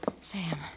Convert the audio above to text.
Sam